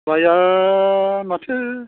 माइआ माथो